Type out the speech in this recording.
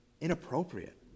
inappropriate